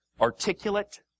articulate